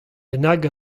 bennak